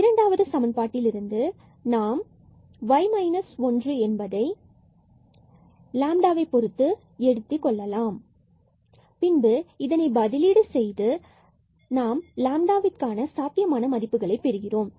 இரண்டாவது சமன்பாட்டில் இருந்து நாம் y 1 in terms of என்பதை பொறுத்து எடுத்துக்கொள்ளலாம் பின்பு இதை பதிலீடு செய்கிறோம் எனவே நாம் க்கான சாத்தியமான மதிப்புகளை நாம் பெறுகிறோம்